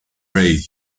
ray